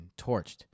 torched